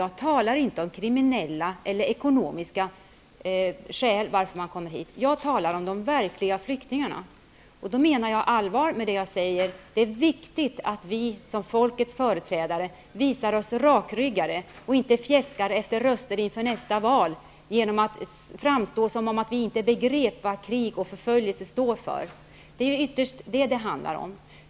Jag talar inte om kriminella eller om dem som kommer hit av ekonomiska skäl. Jag talar om de verkliga flyktingarna, och då menar jag allvar med det jag säger. Det är viktigt att vi som folkets företrädare visar oss rakryggade och inte fjäskar efter röster inför nästa val genom att framstå som om vi inte begrep vad krig och förföljelse står för. Det är ytterst detta det handlar om.